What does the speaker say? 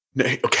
Okay